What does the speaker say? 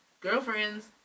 girlfriends